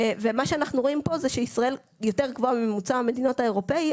ומה שאנחנו רואים פה זה שישראל יותר גבוהה בממוצע המדינות האירופי,